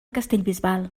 castellbisbal